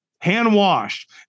hand-washed